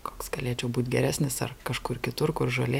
koks galėčiau būt geresnis ar kažkur kitur kur žolė